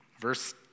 verse